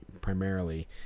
primarily